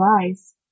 eyes